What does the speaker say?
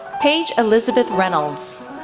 paige elizabeth reynolds,